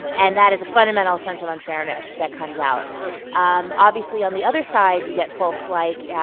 and that is a fundamental sense of unfairness that comes out um obviously, on the other side, you get folks like, yeah